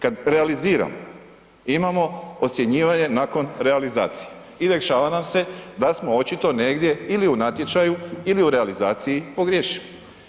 Kad realiziram, imamo ocjenjivanje nakon realizacije i dešava nam se da smo očito negdje ili u natječaju ili u realizaciji pogriješili.